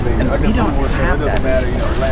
and we don't have that anymore.